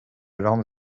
zélande